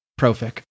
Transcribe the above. profic